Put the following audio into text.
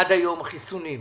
עד היום החיסונים.